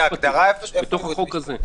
בתוך החוק הזה?